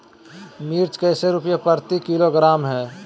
मिर्च कैसे रुपए प्रति किलोग्राम है?